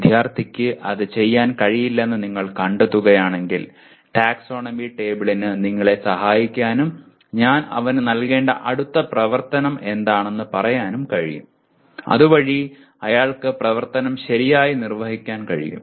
വിദ്യാർത്ഥിക്ക് അത് ചെയ്യാൻ കഴിയില്ലെന്ന് നിങ്ങൾ കണ്ടെത്തുകയാണെങ്കിൽ ടാക്സോണമി ടേബിളിന് നിങ്ങളെ സഹായിക്കാനും ഞാൻ അവനു നൽകേണ്ട അടുത്ത പ്രവർത്തനം എന്താണെന്ന് പറയാനും കഴിയും അതുവഴി അയാൾക്ക് പ്രവർത്തനം ശരിയായി നിർവഹിക്കാൻ കഴിയും